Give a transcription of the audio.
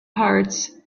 hearts